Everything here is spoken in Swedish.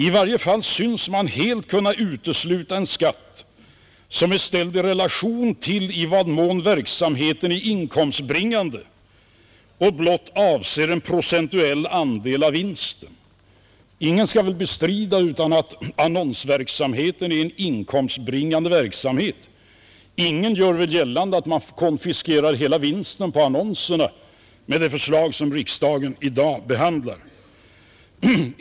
I varje fall synes man helt kunna utesluta en skatt som är ställd i relation till i vad mån verksamheten är inkomstbringande och blott avser en procentuell andel av vinsten.” Ingen skall väl bestrida att annonsverksamheten är en inkomstbringande verksamhet. Ingen gör väl gällande att man konfiskerar hela vinsten på annonserna med det förslag som riksdagen i dag behandlar.